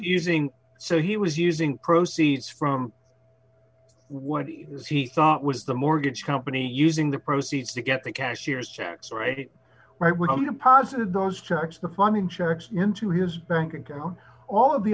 using so he was using proceeds from what he thought was the mortgage company using the proceeds to get the cashier's checks right will be deposited those checks the funding checks into his bank account all of the